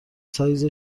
سایز